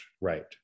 right